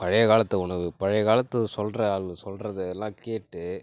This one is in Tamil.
பழையகாலத்து உணவு பழைய காலத்து சொல்கிற ஆள் சொல்கிறதெல்லாம் கேட்டு